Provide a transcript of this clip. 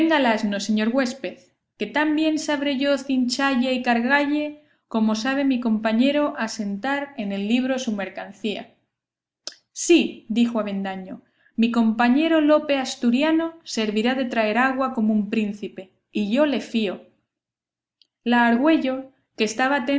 señor huésped que tan bien sabré yo cinchalle y cargalle como sabe mi compañero asentar en el libro su mercancía sí dijo avendaño mi compañero lope asturiano servirá de traer agua como un príncipe y yo le fío la argüello que estaba